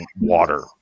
water